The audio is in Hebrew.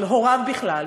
אבל הוריו בכלל,